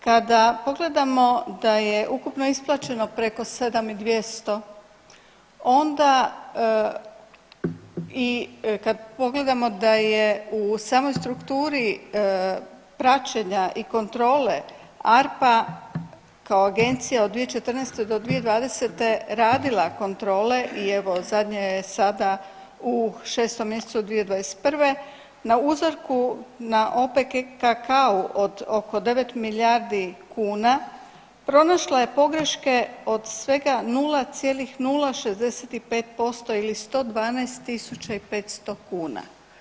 Kada pogledamo da je ukupno isplaćeno preko 7 i 200 onda i kad pogledamo da je u samoj strukturi praćenja i kontrole ARPA kao agencija od 2014. do 2020. radila kontrole i evo zadnja je sada u 6 mjesecu 2021. na uzorku na OPKK-u od oko 9 milijardi kuna pronašla je pogreške od svega 0,065% ili 112.500 kuna.